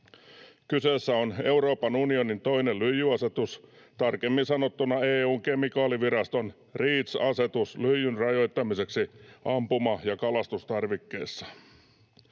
Kyseessä on Euroopan unionin toinen lyijyasetus, tarkemmin sanottuna EU:n kemikaaliviraston REACH-asetus lyijyn rajoittamiseksi ampuma- ja kalastustarvikkeissa.